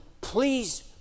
please